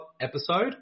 episode